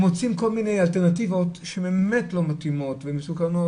הם מוצאים כל מיני אלטרנטיבות שבאמת לא מתאימות ומסוכנות.